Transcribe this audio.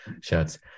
shirts